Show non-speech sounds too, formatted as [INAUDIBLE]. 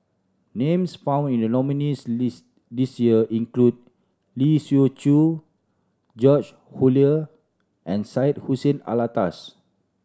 names found in the nominees' list this year include Lee Siew Choh George [UNINTELLIGIBLE] and Syed Hussein Alatas